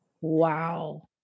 Wow